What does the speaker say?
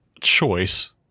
choice